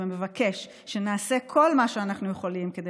ומבקש שנעשה כל מה שאנחנו יכולים כדי